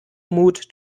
mood